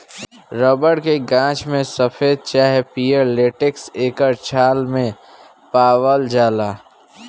rubber के गाछ में सफ़ेद चाहे पियर लेटेक्स एकर छाल मे पावाल जाला